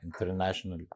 international